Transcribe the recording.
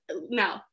no